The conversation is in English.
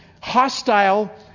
hostile